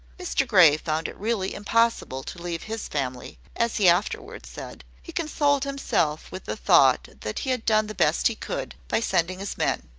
mr grey found it really impossible to leave his family, as he afterwards said. he consoled himself with the thought that he had done the best he could, by sending his men.